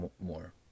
more